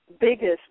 biggest